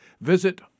visit